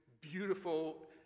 beautiful